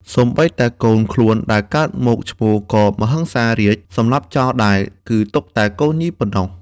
សូម្បីតែកូនខ្លួន ដែលកើតមកឈ្មោលក៏ មហិង្សារាជ សម្លាប់ចោលដែរ គឺទុកតែកូនញីប៉ុណ្ណោះ។